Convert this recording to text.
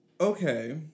Okay